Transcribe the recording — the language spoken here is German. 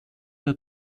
der